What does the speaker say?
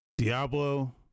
Diablo